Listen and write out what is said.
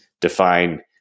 define